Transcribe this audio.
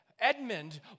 edmund